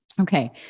Okay